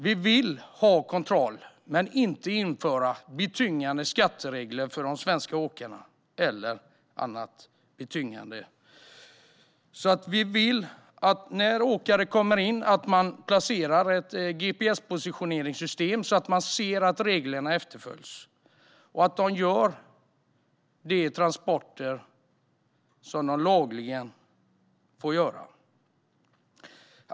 Vi vill ha kontroll men inte införa betungande skatteregler och annat för de svenska åkarna. Vi vill att åkare som kommer in placerar ett GPS-positioneringssystem så att man ser att reglerna efterföljs och att de utför de transporter som de lagligen får.